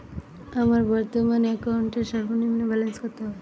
আমার বর্তমান অ্যাকাউন্টের সর্বনিম্ন ব্যালেন্স কত?